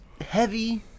heavy